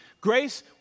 Grace